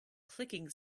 clicking